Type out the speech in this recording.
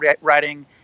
writing